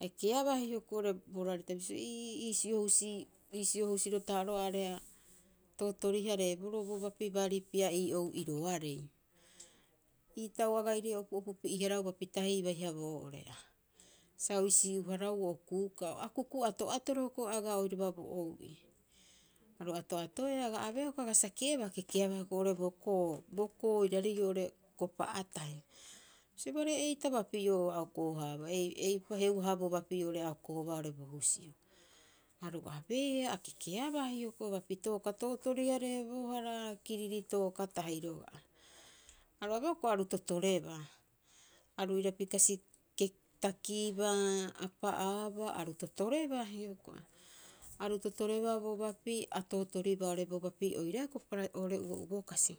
A ekeabaa hioko'i oo're bo rarita, ee iisio husii, iisio husiro taha'oro aareha, tootori- hareeboroo bo bapi baari pia'ii ou'iroarei. Itau aga'ire o opu'opu pi'e- harau bapi tahii baiha boo oere a. Sa o isii'o- haraau okuu ka'a. O akuku ato'atoro agaa oiraba bo ou'i. Aru ato'atoea, aga abeea hiokoi, aga sake'ebaa. A kekeabaa hioko'i bo koo, bo koo oiraarei oo'ore kopa'a tahi. Sa bare eta papi'oo oa a okoo- haabaa, ei, ei, heuaha bo bapi oo'ore a o koobaa oo'ore bo husio. Aru abeea, a kekeabaa hioko'i bapi tooka tootoori- hareebohara, kiriri tooka tahi roga'a. Aru abee hioko'i aru totorebaa. Aru irapikasi ke takibaa, a pa'aabaa aru totorebaa hioko'i. Aru totorebaa bo bapii, a tootooribaa oo'ore bo bapi oiraae hioko'i para oo'ore uo'uo kasi.